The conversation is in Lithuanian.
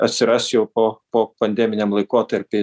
atsiras jau po po pandeminiam laikotarpy